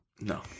No